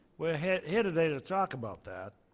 we're here here today to talk about that.